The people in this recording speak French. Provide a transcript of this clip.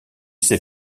s’est